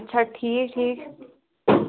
اَچھا ٹھیٖک ٹھیٖک